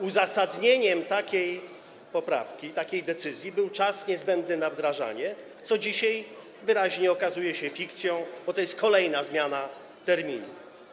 Uzasadnieniem takiej poprawki, takiej decyzji był czas niezbędny na wdrażanie, co dzisiaj wyraźnie okazuje się fikcją, bo to jest kolejna zmiana terminu.